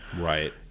Right